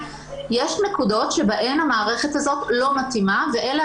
יש נקודות בהן המערכת הזאת לא מתאימה ואלה